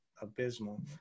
abysmal